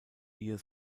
ihr